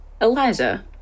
Eliza